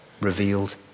revealed